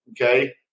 okay